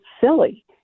silly